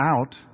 out